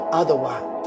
otherwise